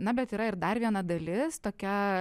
na bet yra ir dar viena dalis tokia